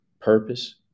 purpose